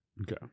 Okay